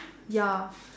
ya